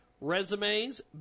resumes